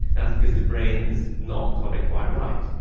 that's because the brain has not got it quite right.